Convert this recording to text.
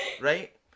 Right